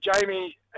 Jamie